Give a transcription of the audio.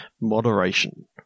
Moderation